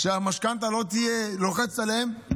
המשכנתה לא תהיה לוחצת עליהם,